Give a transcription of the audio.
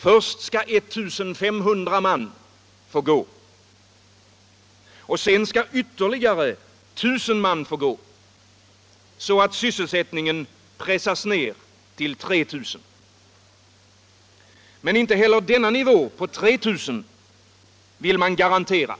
Först skall I 500 man få gå. Sedan skall ytterligare 1000 man gå, så att sysselsättningen pressas ner till 3 000. Inte heller denna nivå — på 3 000 — vill man garantera.